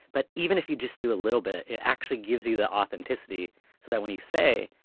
but even if you just do a little bit, it actually gives you the authenticity so that when you say,